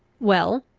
well,